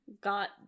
got